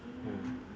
mm